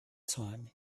time